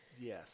yes